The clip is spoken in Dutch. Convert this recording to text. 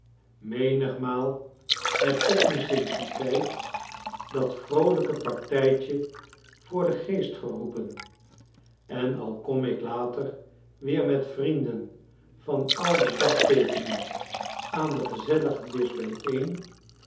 menigmaal heb ik me sinds dien tijd dat vroolijke partijtje voor den geest geroepen en al kom ik later weer met vrienden van ouder dagteekening aan den gezelligen disch bijeen